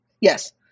Yes